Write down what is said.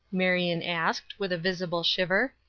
marion asked, with a visible shiver.